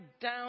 down